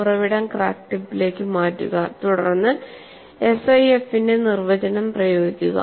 ഉറവിടം ക്രാക്ക് ടിപ്പിലേക്ക് മാറ്റുക തുടർന്ന് SIF ന്റെ നിർവചനം പ്രയോഗിക്കുക